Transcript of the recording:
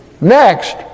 Next